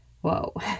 Whoa